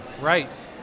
right